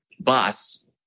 bus